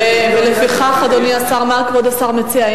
לפיכך, מה כבוד השר מציע?